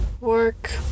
Work